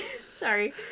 Sorry